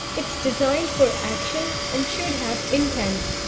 it's designed for action and should have intent.